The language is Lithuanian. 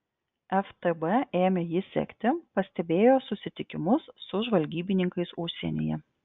ftb ėmė jį sekti pastebėjo susitikimus su žvalgybininkais užsienyje